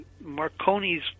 Marconi's